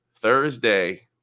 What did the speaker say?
thursday